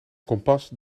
kompas